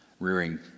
rearing